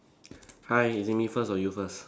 hi is it me first or you first